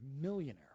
millionaire